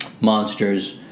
Monsters